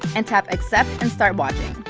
and tap accept and start watching.